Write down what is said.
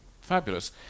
Fabulous